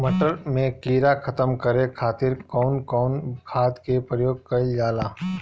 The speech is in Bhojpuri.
मटर में कीड़ा खत्म करे खातीर कउन कउन खाद के प्रयोग कईल जाला?